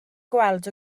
gweld